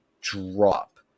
drop